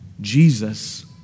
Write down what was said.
Jesus